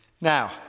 Now